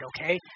okay